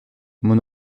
mon